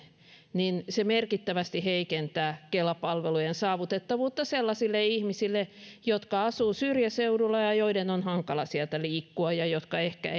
se merkittävästi heikentää kela palvelujen saavutettavuutta sellaisille ihmisille jotka asuvat syrjäseudulla ja ja joiden on hankala sieltä liikkua ja jotka ehkä